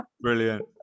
Brilliant